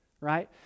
right